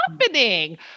happening